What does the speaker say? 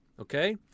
okay